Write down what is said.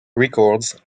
records